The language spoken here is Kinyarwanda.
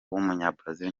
w’umunyabrazil